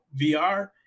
VR